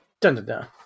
Dun-dun-dun